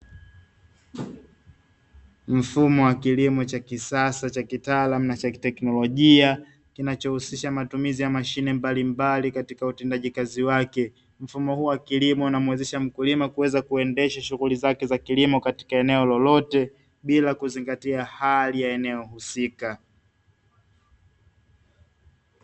Mfumo wa kilimo cha kisasa na cha kitaalamu na cha kiteknolojia, kinachohusisha matumizi ya mashine mbalimbali katika utendaji kazi wake. Mfumo huu wa kilimo unamwezesha mkulima kuweza kuendesha shughuli zake za kilimo katika eneo lolote bila kuzingatia hali ya eneo husika.